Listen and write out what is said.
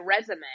resume